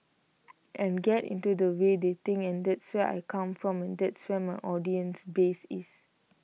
and get into the way they think and that's where I come from and that's where my audience base is